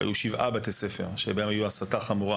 שהיו שבעה בתי ספר שבהם הייתה הסתה חמורה